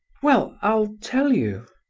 well, i'll tell you,